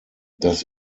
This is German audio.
das